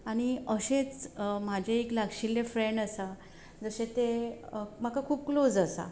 अशेच म्हाजे एक लागशिल्ले फ्रेंड आसा जशे ते म्हाका खूब क्लोज आसा